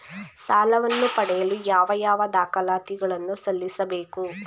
ಸಾಲವನ್ನು ಪಡೆಯಲು ಯಾವ ಯಾವ ದಾಖಲಾತಿ ಗಳನ್ನು ಸಲ್ಲಿಸಬೇಕು?